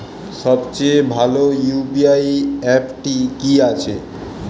সবচেয়ে ভালো ইউ.পি.আই অ্যাপটি কি আছে?